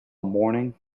morning